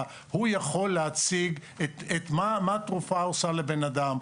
יכול להציג מה תרופה עושה לבן אדם,